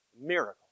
Miracle